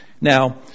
Now